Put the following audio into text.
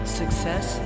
success